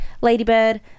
Ladybird